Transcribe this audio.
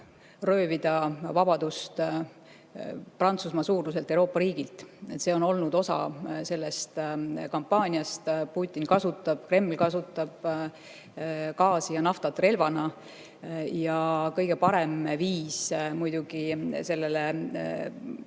röövida vabadust Prantsusmaa-suuruselt Euroopa riigilt. See on olnud osa sellest kampaaniast. Putin, Kreml kasutab gaasi ja naftat relvana. Kõige parem viis muidugi